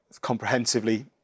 comprehensively